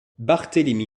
barthélémy